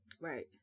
Right